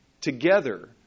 together